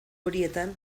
horietan